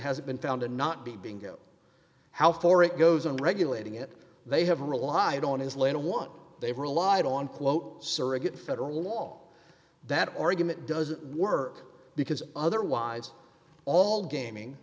hasn't been found and not be bingo how far it goes and regulating it they have relied on his land want they've relied on quote surrogate federal law that argument doesn't work because otherwise all gaming